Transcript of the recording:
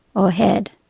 or head,